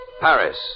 Paris